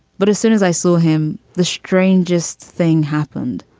but as soon as i saw him, the strangest thing happened.